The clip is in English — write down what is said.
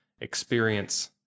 experience